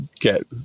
get